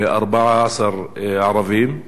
14 ערבים,